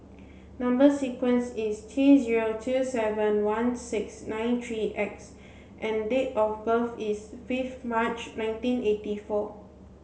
number sequence is T zero two seven one six nine three X and date of birth is fifth March nineteen eighty four